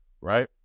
right